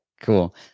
cool